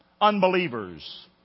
unbelievers